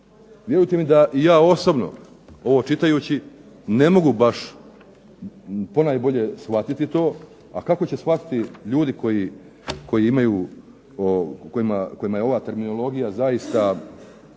Vjerujte mi da i ja osobno ovo čitajući ne mogu baš ponajbolje shvatiti to, a kako će shvatiti ljudi kojima je ova terminologija ovako